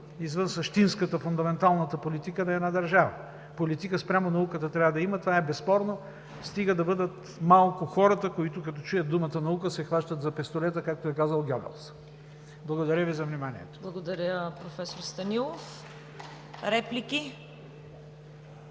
извън същинската, фундаменталната политика на една държава. Политика спрямо науката трябва да има. Това е безспорно, стига да бъдат малко хората, които, като чуят думата „наука“, се хващат за пистолета, както е казал Гьобелс. Благодаря Ви за вниманието. ПРЕДСЕДАТЕЛ ЦВЕТА